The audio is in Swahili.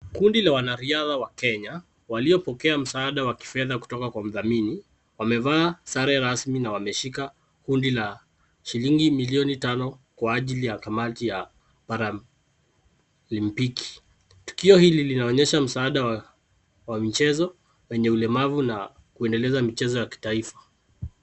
Kundi la wanariadha wa Kenya waliopokea msaada wa kifedha kutoka kwa mdhamini wamevaa sare rasmi na wameshika kundi la shiringi milioni tano kwa ajili ya kamati ya paralimpiki. Tukio hili linaonyesha msaada wa michezo wenye ulemavu na kuendeleza michezo ya kitaifa.